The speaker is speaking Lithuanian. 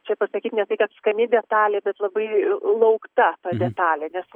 čia pasakyti ne tai kad skani detalė bet labai laukta ta detalė